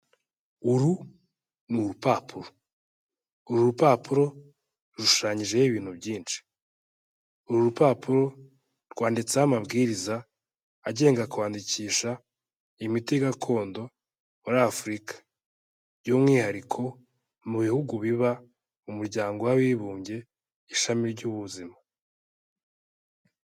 Uru ni urupapuro, uru rupapuro rushushanyijeho ibintu byinshi, uru rupapuro rwanditseho amabwiriza agenga kwandikisha imiti gakondo muri Afurika, by'umwihariko mu bihugu biba mu Muryango w'Abibumbye ishami ry'Ubuzima.